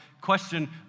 question